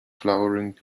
flowering